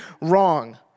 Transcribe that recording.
wrong